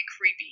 creepy